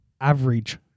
average